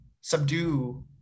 subdue